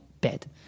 bed